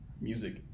music